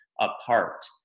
apart